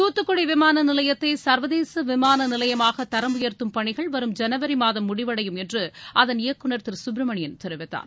தூத்துக்குடி விமான நிலையத்தை சர்வதேச விமான நிலையமாக தரம் உயர்த்தும் பணிகள் வரும் ஜனவரி மாதம் முடிவடையும் என்று அதன் இயக்குநர் திரு சுப்பிரமணியன் தெரிவித்தார்